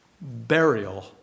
burial